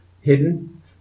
hidden